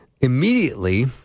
immediately